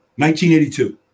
1982